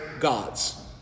gods